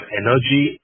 energy